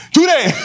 Today